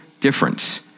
difference